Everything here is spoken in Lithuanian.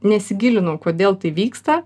nesigilinau kodėl tai vyksta